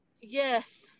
Yes